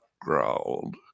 growled